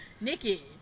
Nikki